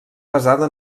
basada